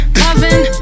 loving